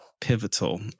pivotal